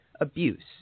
abuse